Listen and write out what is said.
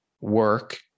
work